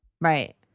right